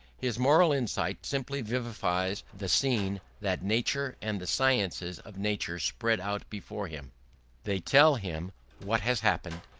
his moral insight simply vivifies the scene that nature and the sciences of nature spread out before him they tell him what has happened,